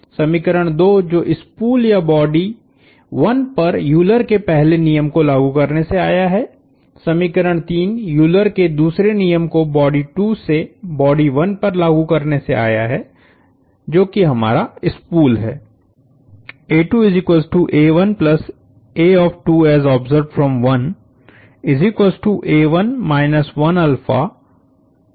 समीकरण 2 जो स्पूल या बॉडी 1 पर के पहले नियम को लागू करने से आया है समीकरण 3 यूलर के दूसरे नियम को बॉडी 2 से बॉडी 1 पर लागू करने से आया है जो कि हमारा स्पूल है